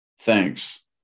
thanks